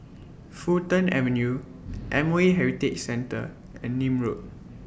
Fulton Avenue M O E Heritage Centre and Nim Road